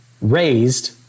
raised